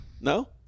no